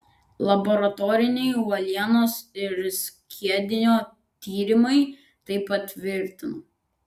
laboratoriniai uolienos ir skiedinio tyrimai tai patvirtino